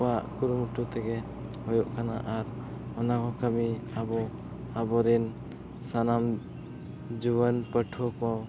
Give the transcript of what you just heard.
ᱠᱚᱣᱟᱜ ᱠᱩᱨᱩᱢᱩᱴᱩ ᱛᱮᱜᱮ ᱦᱩᱭᱩᱜ ᱠᱟᱱᱟ ᱟᱨ ᱚᱱᱟᱠᱚ ᱠᱟᱹᱢᱤ ᱟᱵᱚ ᱟᱵᱚᱨᱮᱱ ᱥᱟᱱᱟᱢ ᱡᱩᱣᱟᱹᱱ ᱯᱟᱹᱷᱣᱟᱹ ᱠᱚ